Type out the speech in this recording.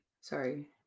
Sorry